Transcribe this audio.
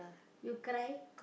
you cry